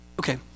Okay